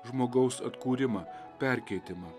žmogaus atkūrimą perkeitimą